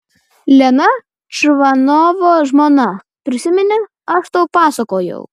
lena čvanovo žmona prisimeni aš tau pasakojau